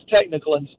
technical